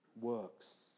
works